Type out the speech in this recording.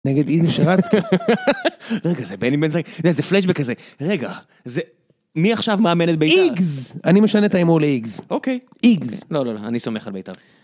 נגד איזי שרצקי, רגע זה בני בן ז..., זה פלשבק כזה, רגע, זה, מי עכשיו מאמן את ביתר? איגז, אני משנה את האימון לאיגז, אוקיי, איגז, לא, לא, לא, אני סומך על ביתר.